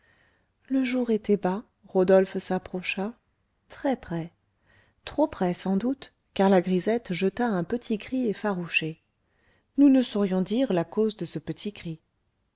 le jour était bas rodolphe s'approcha très près trop près sans doute car la grisette jeta un petit cri effarouché nous ne saurions dire la cause de ce petit cri